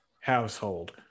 household